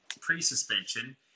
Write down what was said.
pre-suspension